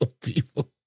people